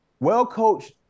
well-coached